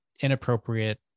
inappropriate